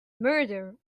murder